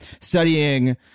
studying